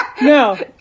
no